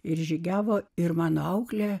ir žygiavo ir mano auklė